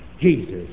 jesus